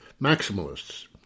maximalists